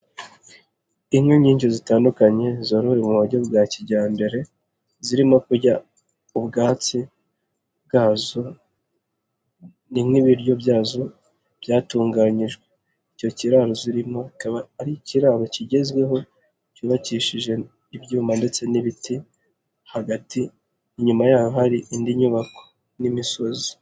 Inka nyinshi zitandukanye zorowe mu buryo bwa kijyambere zirimo kurya ubwatsi bwazo ni nk'ibiryo byazo byatunganyijwe, icyo kiraro zirimoba ari ikiraro kigezweho cyubakishije ibyuma ndetse n'ibiti hagati inyuma yaho hari indi nyubako n'imisozi.